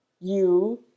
You